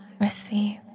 receive